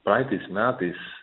praeitais metais